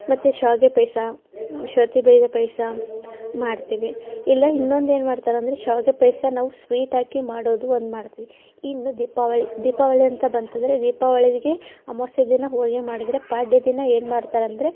ಮತ್ತು ಶಾವಿಗೆ ಪಾಯಸ ಶೌತಿ ಬೀಜದ ಪಾಯಸ ಮಾಡ್ತೀವಿ ಇಲ್ಲ ಇನ್ನೊಂದು ಏನು ಮಾಡ್ತಾರೆ ಅಂದರೆ ಶಾವಿಗೆ ಪಾಯಸ ನಾವು ಸ್ವೀಟ್ ಹಾಕಿ ಮಾಡೋದು ಒಂದು ಮಾಡ್ತೀವಿ ಇನ್ನು ದೀಪಾವಳಿ ದೀಪಾವಳಿ ಅಂತ ಬಂತೆಂದರೆ ದೀಪಾವಳಿಗೆ ಅಮವಾಸ್ಯೆ ದಿನ ಹೋಳಿಗೆ ಮಾಡಿದರೆ ಪಾಡ್ಯದ ದಿನ ಏನು ಮಾಡ್ತಾರೆ ಅಂದರೆ